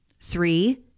Three